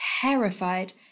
Terrified